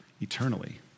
eternally